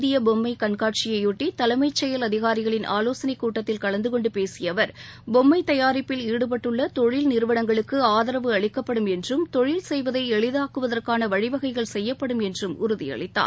இந்திய பொம்மை கண்காட்சியையொட்டி தலைமை செயல் அதிகாரிகளின் ஆலோசனை கூட்டத்தில் கலந்து கொண்டு பேசிய அவர் பொம்மை தயாரிப்பில் ஈடுபட்டுள்ள தொழில் நிறுவளங்களுக்கு ஆதரவு அளிக்கப்படும் என்றும் தொழில் செய்வதை எளிதாக்குவதற்கான வழிவகைகள் செய்யப்படும் என்றும் உறுதியளித்தார்